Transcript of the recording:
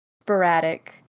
sporadic